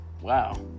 wow